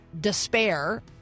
despair